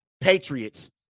Patriots